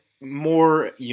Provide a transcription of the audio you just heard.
more